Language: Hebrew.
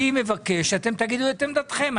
אני מבקש שאתם תגידו את עמדתכם.